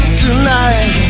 tonight